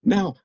Now